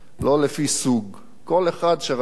כל אחד שרצה ידע לגשת לאוטו של גדעון.